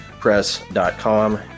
Press.com